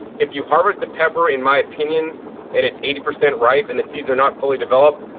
if you harvest a pepper in my opinion and it's eighty percent ripe and the seeds are not fully developed,